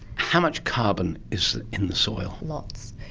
how much carbon is in the soil? lots.